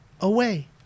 away